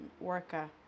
worker